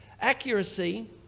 accuracy